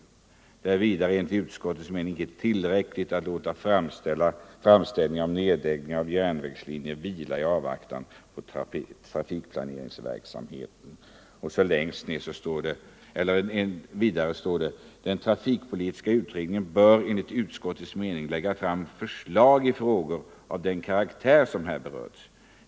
Det är vidare enligt utskottets mening inte tillräckligt att låta framställningar om ned 177 läggningar av järnvägslinjer vila i avvaktan på trafikplaneringsverksamheten.” Vidare står det: ”Den trafikpolitiska utredningen bör enligt utskottets mening lägga fram förslag i frågor av den karaktär som här berörts.